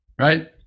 Right